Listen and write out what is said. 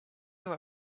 you